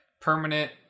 permanent